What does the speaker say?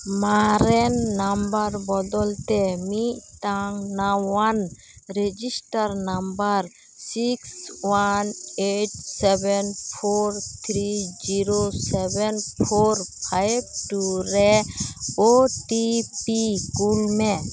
ᱢᱟᱨᱮᱱ ᱱᱟᱢᱵᱟᱨ ᱵᱚᱫᱚᱞᱛᱮ ᱢᱤᱫᱴᱟᱝ ᱱᱟᱣᱟᱱ register number six one eight seven four three zero seven four five two ᱨᱮ ᱳ ᱴᱤ ᱯᱤ ᱠᱩᱞ ᱢᱮ